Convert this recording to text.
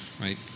right